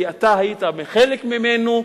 כי אתה היית חלק ממנו,